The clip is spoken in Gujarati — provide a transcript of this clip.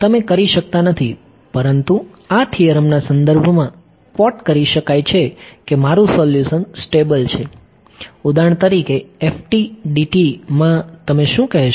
તમે કરી શકતા નથી પરંતુ આ થીયરમના સંદર્ભમાં ક્વોટ કરી શકાય છે કે મારૂ સોલ્યુશન સ્ટેબલ છે ઉદાહરણ તરીકે FTDT માં તમે શું કહેશો